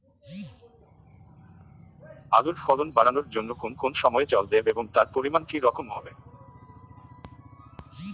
আলুর ফলন বাড়ানোর জন্য কোন কোন সময় জল দেব এবং তার পরিমান কি রকম হবে?